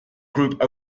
group